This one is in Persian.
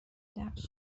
درس